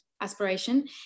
aspiration